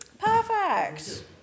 Perfect